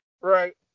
Right